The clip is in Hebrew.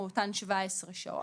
אותן 17 שעות,